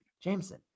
Jameson